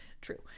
True